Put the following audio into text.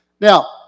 Now